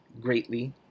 greatly